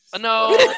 No